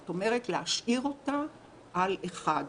זאת אומרת, להשאיר אותה על 1,